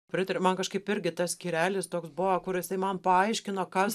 pritariu man kažkaip irgi tas skyrelis toks buvo kur jisai man paaiškino kas